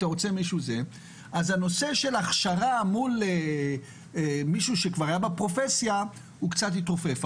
אז הנושא של הכשרה מול מישהו שכבר היה בפרופסיה קצת התרופף.